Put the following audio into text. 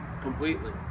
completely